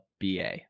ba